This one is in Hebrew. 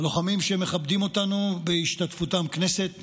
הלוחמים שמכבדים אותנו בהשתתפותם, כנסת נכבדה,